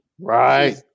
Right